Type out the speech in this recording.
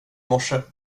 morse